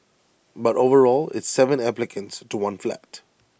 but overall it's Seven applicants to one flat